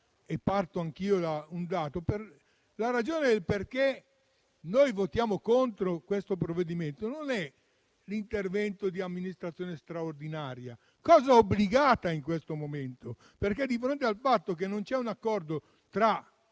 In sostanza, quindi, la ragione per la quale votiamo contro questo provvedimento non è l'intervento di amministrazione straordinaria, scelta obbligata in questo momento. Di fronte al fatto che non c'è un accordo tra